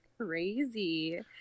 crazy